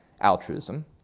altruism